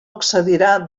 excedirà